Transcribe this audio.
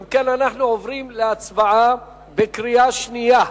אם כן, אנחנו עוברים להצבעה בקריאה שנייה.